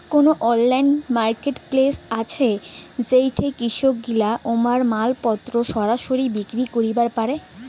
কুনো online marketplace আছে যেইঠে কৃষকগিলা উমার মালপত্তর সরাসরি বিক্রি করিবার পারে?